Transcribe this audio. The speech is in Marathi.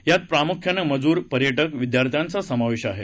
यात प्रामुख्यानं मजूर पर्यटक विद्यार्थ्यांचा समावेश आहे